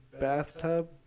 bathtub